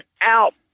out